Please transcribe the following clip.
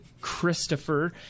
christopher